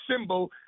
symbol